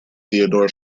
theodore